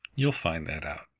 you'll find that out.